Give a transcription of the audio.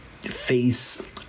face